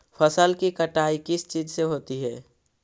फसल की कटाई किस चीज से होती है?